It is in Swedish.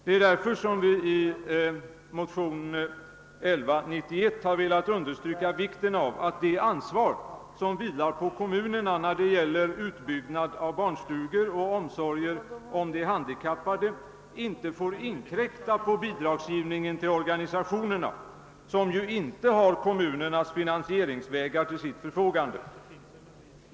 Det är därför vi i motionen II: 1191 har velat understryka vikten av att det ansvar, som vilar på kommunerna när det gäller utbyggnad av barnstugor och omsorger om handikappade, inte får inkräkta på bidragsgivningen till organisationerna, som ju inte har kommunernas finansieringsvägar till sitt förfogande.